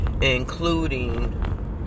including